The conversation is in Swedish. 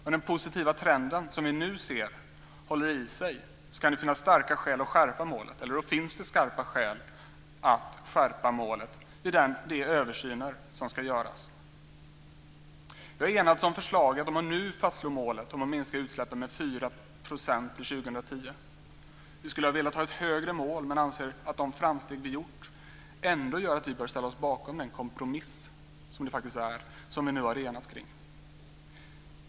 Om den positiva trenden som vi nu ser håller i sig finns det starka skäl att skärpa målet vid de översyner som ska göras. Vi har enats om förslaget om att nu fastslå målet om att minska utsläppen med 4 % till 2010. Vi skulle ha velat ha ett högre mål men anser att de framsteg som vi gjort ändå gör att vi bör ställa oss bakom den kompromiss som vi nu har enats kring.